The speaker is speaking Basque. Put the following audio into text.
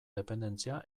dependentzia